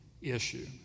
issue